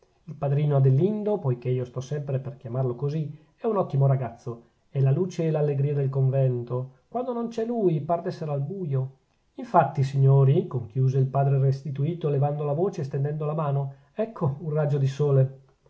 il padrino adelindo poichè io sto sempre per chiamarlo così è un ottimo ragazzo è la luce e l'allegria del convento quando non c'è lui par d'essere al buio infatti signori conchiuse il padre restituto levando la voce e stendendo la mano ecco un raggio di sole